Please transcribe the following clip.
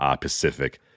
Pacific